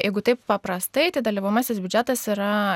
jeigu taip paprastai tai dalyvaujamasis biudžetas yra